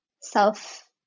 self